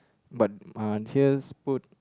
but uh here's put